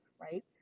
right